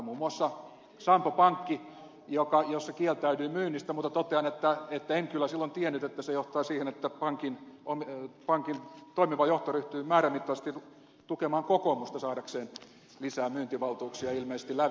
muun muassa sampo pankissa kieltäydyin myynnistä mutta totean että en kyllä silloin tiennyt että se johtaa siihen että pankin toimiva johto ryhtyy määrämittaisesti tukemaan kokoomusta ilmeisesti saadakseen lisää myyntivaltuuksia lävitse